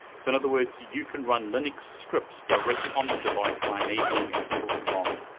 so, in other words, you can run linux scripts directly on the device by enabling a single command.